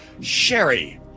sherry